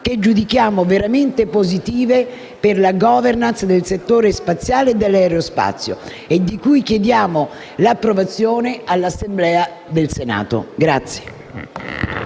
che giudichiamo veramente positive per la *governance* del settore spaziale e dell'aerospazio e di cui chiediamo l'approvazione all'Assemblea del Senato.